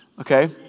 Okay